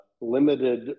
limited